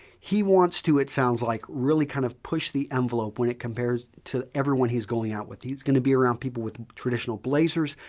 he wants to, it sounds like, really kind of push the envelope when it compares to everyone he's going out with. he's going to be around people with traditional blazers,